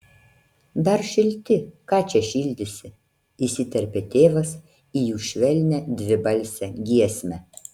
dar šilti ką čia šildysi įsiterpė tėvas į jų švelnią dvibalsę giesmę